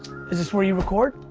is this where you record?